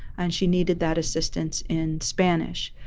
and she needed that assistance in spanish.